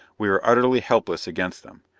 we were utterly helpless against them.